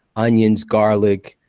onions, garlic,